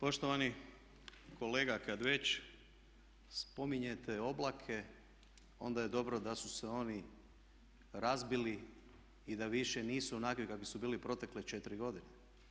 Poštovani kolega kad već spominjete oblake onda je dobro da su se oni razbili i da više nisu onakvi kakvi su bili protekle 4 godine.